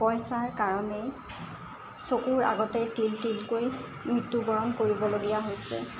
পইচাৰ কাৰণেই চকুৰ আগতে তিল তিলকৈ মৃত্যুবৰণ কৰিবলগীয়া হৈছে